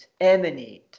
emanate